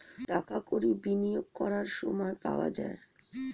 টাকা কড়ি বিনিয়োগ করার সময় পাওয়া যায়